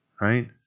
right